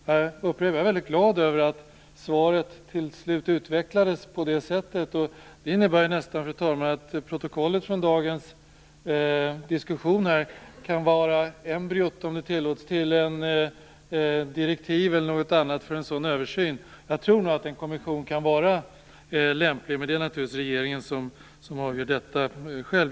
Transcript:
Jag är mycket glad över att svaret till slut utvecklades på det sättet. Det innebär nästan, fru talman, att protokollet från dagens diskussion kan vara embryot, om det tillåts, till ett direktiv eller något annat för en sådan översyn. Jag tror nog att en kommission kan vara lämplig. Men regeringen avgör naturligtvis detta själv.